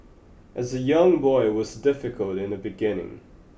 as a young boy was difficult in the beginning